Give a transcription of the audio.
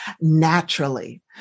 naturally